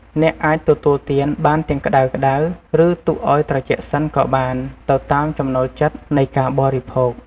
អ្នកអាចទទួលទានបានទាំងក្ដៅៗ ឬទុកឱ្យត្រជាក់សិនក៏បាន ទៅតាមចំណូលចិត្តនៃការបរិភោគ។